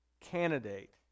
candidate